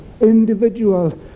individual